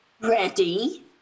Ready